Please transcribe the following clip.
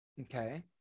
Okay